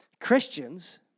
Christians